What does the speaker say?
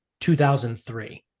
2003